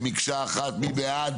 מי בעד?